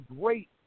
great